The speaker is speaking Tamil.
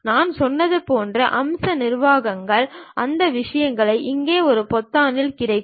நான் சொன்னது போன்ற அம்ச நிர்வாகிகள் அந்த விஷயங்கள் இங்கே முதல் பொத்தானில் கிடைக்கும்